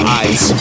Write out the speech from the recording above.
eyes